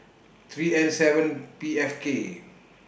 three N seven P F K